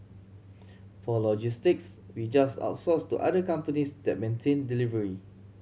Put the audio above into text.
for logistics we just outsource to other companies that maintain delivery